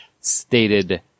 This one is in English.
stated